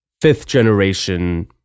fifth-generation